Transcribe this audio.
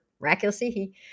Miraculously